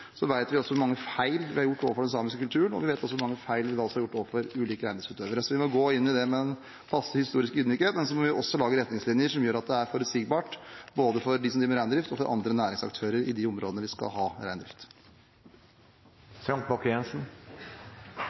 vet vi også hvor mange feil vi har gjort overfor den samiske kulturen, og vi vet også hvor mange feil vi har gjort overfor ulike reindriftsutøvere, så vi må gå inn i det med en passe historisk ydmykhet, men vi må også lage retningslinjer som gjør at det er forutsigbart både for dem som driver med reindrift, og for andre næringsaktører i de områdene vi skal ha